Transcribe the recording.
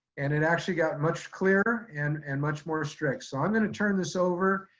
and it actually got much clearer and and much more strict. so i'm gonna turn this over.